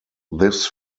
this